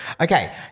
okay